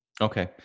Okay